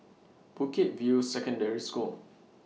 Bukit View Secondary School